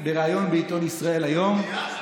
בריאיון בעיתון ישראל היום,